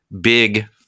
big